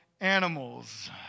animals